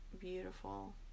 beautiful